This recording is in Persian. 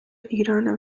ایرانه